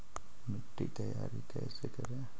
मिट्टी तैयारी कैसे करें?